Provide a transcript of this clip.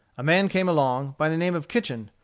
a man came along, by the name of kitchen,